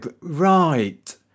right